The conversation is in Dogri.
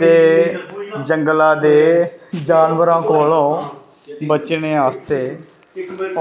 ते जंगला दे जानवरां कोलों बचने आस्ते